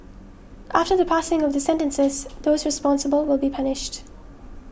after the passing of the sentences those responsible will be punished